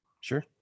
Sure